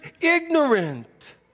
ignorant